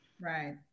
Right